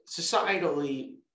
societally